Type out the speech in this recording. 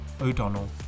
o'donnell